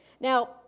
Now